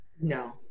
No